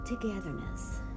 togetherness